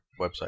website